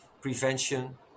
prevention